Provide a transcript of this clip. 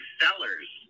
sellers